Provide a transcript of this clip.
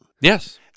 Yes